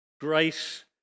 grace